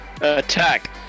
Attack